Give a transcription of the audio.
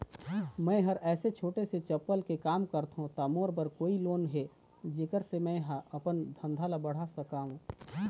मैं हर ऐसे छोटे से चप्पल के काम करथों ता मोर बर कोई लोन हे जेकर से मैं हा अपन धंधा ला बढ़ा सकाओ?